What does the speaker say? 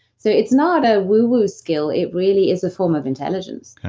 so, it's not a woo-woo skill. it really is a form of intelligence.